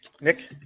Nick